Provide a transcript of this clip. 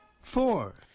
Four